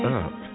up